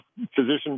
physician